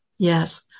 Yes